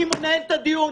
אני מנהל את הדיון.